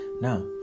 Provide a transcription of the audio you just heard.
Now